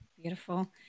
Beautiful